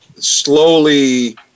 slowly